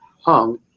hung